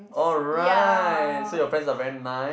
yeah